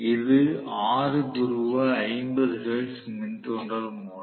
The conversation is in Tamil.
இது 6 துருவ 50 ஹெர்ட்ஸ் மின் தூண்டல் மோட்டார்